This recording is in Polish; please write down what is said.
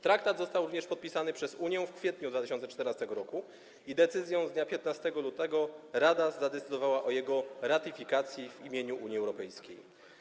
Traktat został również podpisany przez Unię w kwietniu 2014 r., a decyzją z dnia 15 lutego Rada zadecydowała o jego ratyfikacji w imieniu Unii Europejskiej.